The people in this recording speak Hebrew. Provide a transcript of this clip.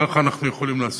ככה אנחנו יכולים לעשות.